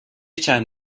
چند